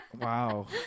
Wow